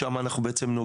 שבהן אנחנו נוגעים,